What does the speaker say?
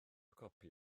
copi